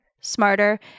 smarter